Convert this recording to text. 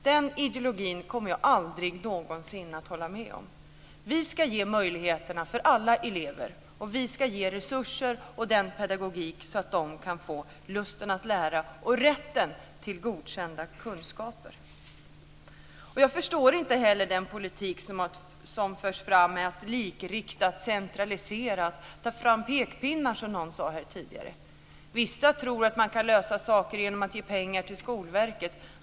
Den ideologin kommer jag aldrig någonsin att hålla med om. Vi ska ge möjligheter för alla elever. Vi ska ge resurser och använda en pedagogik så att de kan få lusten att lära och rätten till godkända kunskaper. Jag förstår inte den politik som förs fram om ett likriktat, centraliserat, sätt att arbeta. Någon talade här om att ta fram pekpinnar. Vissa tror att man kan lösa saker genom att ge pengar till Skolverket.